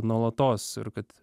nuolatos ir kad